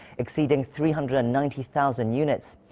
exceeding three hundred and ninety thousand units.